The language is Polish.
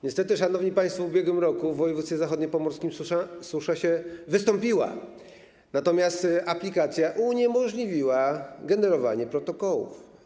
Niestety, szanowni państwo, w ubiegłym roku w województwie zachodniopomorskim susza wystąpiła, natomiast aplikacja uniemożliwiła generowanie protokołów.